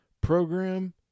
program